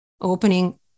opening